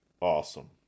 Awesome